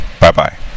Bye-bye